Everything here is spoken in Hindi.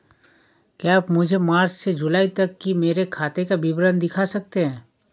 क्या आप मुझे मार्च से जूलाई तक की मेरे खाता का विवरण दिखा सकते हैं?